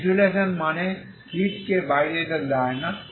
insulation মানে heat কে বাইরে যেতে দেয় না